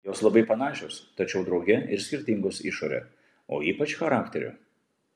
jos labai panašios tačiau drauge ir skirtingos išore o ypač charakteriu